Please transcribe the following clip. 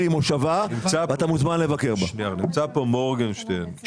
רון חולדאי ואני סיירנו אתמול במספר מוסדות חרדיים בתל אביב-יפו.